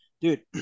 Dude